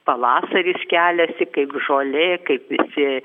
pavasaris keliasi kaip žolė kaip visi